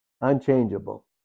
Unchangeable